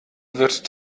wird